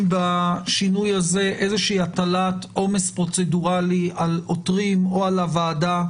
בשינוי הזה איזושהי הטלת עומס פרוצדורלי על עותרים או על הוועדה,